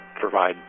provide